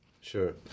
Sure